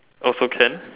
also can